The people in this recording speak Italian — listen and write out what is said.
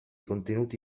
contenuti